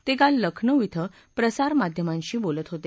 ते काल लखनौ िंद प्रसारमाध्यमांशी बोलत होते